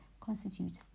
constitute